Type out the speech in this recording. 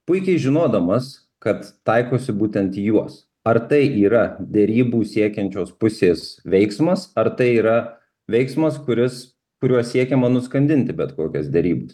puikiai žinodamas kad taikosi būtent į juos ar tai yra derybų siekiančios pusės veiksmas ar tai yra veiksmas kuris kuriuo siekiama nuskandinti bet kokias derybas